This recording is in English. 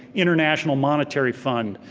international monetary fund,